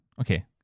okay